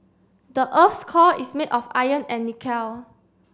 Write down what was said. the earth core is made of iron and